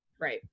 Right